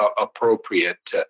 appropriate